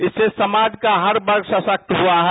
इससे समाज का हर वर्ग सशक्त हुआ है